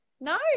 No